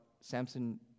Samson